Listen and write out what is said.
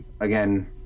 again